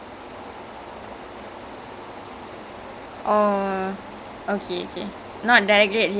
but ah ஒன்னா நீ தரல:onnaa nee tharala is shoot பண்ணுனேன்னா:pannunennaa um அப்போ அப்டியே வழுக்கி விழுந்துருவான்:appo apdiyae valukki vilunthuruvaan